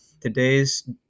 today's